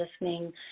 listening